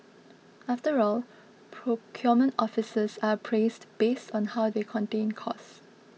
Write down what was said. after all procurement officers are appraised based on how they contain costs